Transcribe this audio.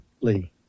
Lee